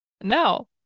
No